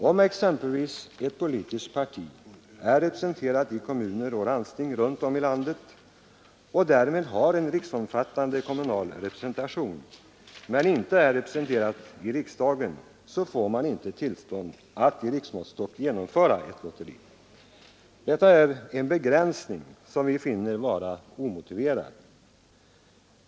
Om exempelvis ett politiskt parti är representerat i kommuner och landsting runt om i landet och därmed har en riksomfattande kommunal representation men inte är representerat i riksdagen, får man inte tillstånd att i riksmåttstock genomföra ett lotteri. Detta är en begränsning som vi finner vara omotiverad.